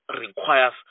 requires